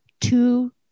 two